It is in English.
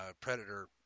Predator